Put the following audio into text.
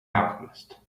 alchemist